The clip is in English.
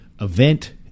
event